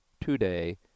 today